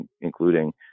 including